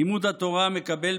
לימוד התורה מקבל,